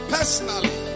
Personally